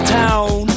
town